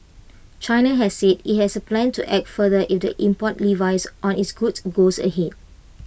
China has said IT has A plan to act further if the import levies on its goods goes ahead